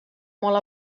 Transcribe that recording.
molt